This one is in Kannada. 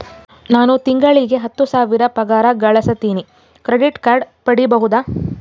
ನಾನು ತಿಂಗಳಿಗೆ ಹತ್ತು ಸಾವಿರ ಪಗಾರ ಗಳಸತಿನಿ ಕ್ರೆಡಿಟ್ ಕಾರ್ಡ್ ಪಡಿಬಹುದಾ?